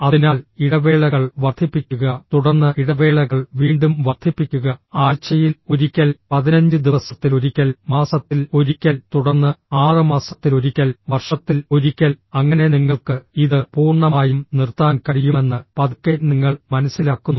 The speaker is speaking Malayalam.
അതിനാൽ ഇടവേളകൾ വർദ്ധിപ്പിക്കുക തുടർന്ന് ഇടവേളകൾ വീണ്ടും വർദ്ധിപ്പിക്കുക ആഴ്ചയിൽ ഒരിക്കൽ 15 ദിവസത്തിലൊരിക്കൽ മാസത്തിൽ ഒരിക്കൽ തുടർന്ന് 6 മാസത്തിലൊരിക്കൽ വർഷത്തിൽ ഒരിക്കൽ അങ്ങനെ നിങ്ങൾക്ക് ഇത് പൂർണ്ണമായും നിർത്താൻ കഴിയുമെന്ന് പതുക്കെ നിങ്ങൾ മനസ്സിലാക്കുന്നു